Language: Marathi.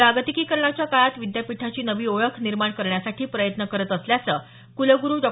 जागतिकीकरणाच्या काळात विद्यापीठाची नवी ओळख निर्माण करण्यासाठी प्रयत्न करत असल्याचं कुलग्रु डॉ